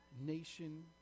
nation